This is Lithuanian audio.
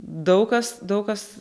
daug kas daug kas